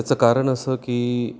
त्याचं कारण असं की